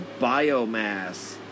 biomass